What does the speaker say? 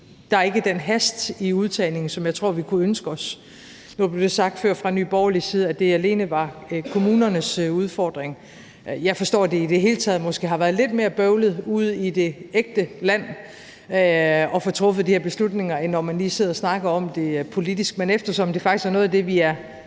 Der er ikke den hast i udtagningen, som jeg tror vi kunne ønske os. Nu blev det sagt før fra Nye Borgerliges side, at det alene var kommunernes udfordring. Jeg forstår, at det i det hele taget måske har været lidt mere bøvlet ude i det »ægte« land at få truffet de her beslutninger, end når man lige sidder og snakker om det politisk. Men eftersom det faktisk er noget af det, vi vel